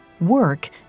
work